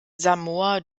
samoa